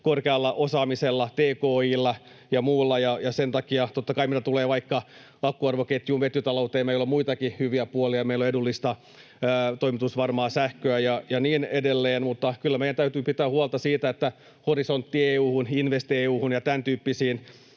korkealla osaamisella, tki:llä ja muulla, ja sen takia, totta kai, mitä tulee vaikka akkuarvoketjuun, vetytalouteen, meillä on muitakin hyviä puolia, meillä on edullista toimitusvarmaa sähköä ja niin edelleen, mutta kyllä meidän täytyy pitää huolta siitä, että Horisontti EU:hun, InvestEU:hun ja tämäntyyppisiin